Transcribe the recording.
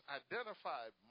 identified